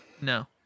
No